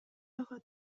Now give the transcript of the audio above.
айга